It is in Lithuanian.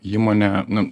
įmonė nu